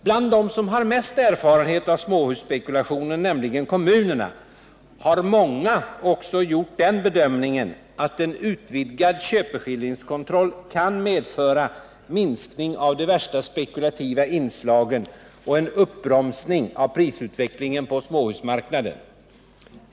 Bland dem som har mest erfarenhet av småhusspekulationen, nämligen kommunerna, har många också gjort den bedömningen att en utvidgad köpeskillingskontroll kan medföra minskning av de värsta spekulativa inslagen och en uppbromsning av prisutvecklingen på småhusmarknaden.